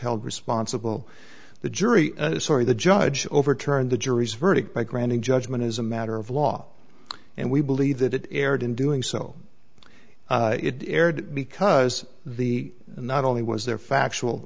held responsible the jury sorry the judge overturned the jury's verdict by granting judgment as a matter of law and we believe that it erred in doing so it aired because the not only was there factual